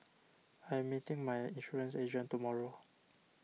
I am meeting my insurance agent tomorrow